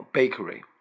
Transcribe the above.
Bakery